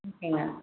ஓகேங்க